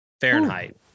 Fahrenheit